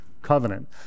covenant